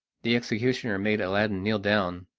the executioner made aladdin kneel down,